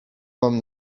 mam